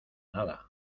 nada